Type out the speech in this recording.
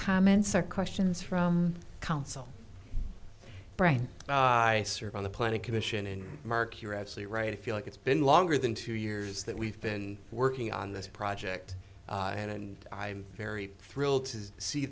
comments or questions from counsel brett i serve on the planning commission and mark you're absolutely right i feel like it's been longer than two years that we've been working on this project and i'm very thrilled to see